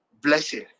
blessing